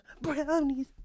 brownies